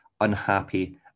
unhappy